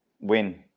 Win